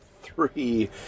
three